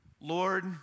Lord